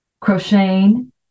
Crocheting